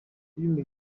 filime